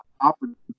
opportunity